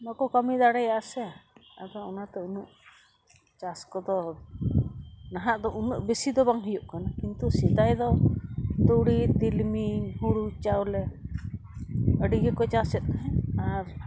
ᱵᱟᱠᱚ ᱠᱟᱹᱢᱤ ᱫᱟᱲᱮ ᱟᱥᱮ ᱟᱫᱚ ᱚᱱᱟᱛᱮ ᱩᱱᱟᱹᱜ ᱪᱟᱥ ᱠᱚᱫᱚ ᱱᱟᱦᱟᱜ ᱫᱚ ᱩᱱᱟᱹᱜ ᱵᱮᱥᱤ ᱫᱚ ᱵᱟᱝ ᱦᱩᱭᱩᱜ ᱠᱟᱱᱟ ᱠᱤᱱᱛᱩ ᱥᱮᱫᱟᱭ ᱫᱚ ᱛᱩᱲᱤ ᱛᱤᱞᱢᱤᱝ ᱦᱳᱲᱳ ᱪᱟᱣᱞᱮ ᱟᱹᱰᱤ ᱜᱮᱠᱚ ᱪᱟᱥᱮᱫ ᱛᱟᱦᱮᱸᱫ ᱟᱨ